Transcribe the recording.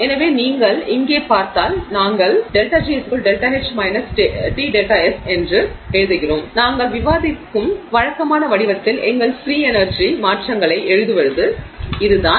எனவே நீங்கள் இங்கே பார்த்தால் நாங்கள் எழுதுகிறோம் ∆G∆H T∆S நாங்கள் விவாதிக்கும் வழக்கமான விஷயத்தில் எங்கள் ஃபிரீ எனர்ஜி மாற்றங்களை எழுதுவது இதுதான்